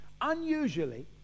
Unusually